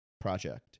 project